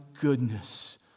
goodness